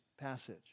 passage